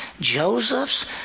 Joseph's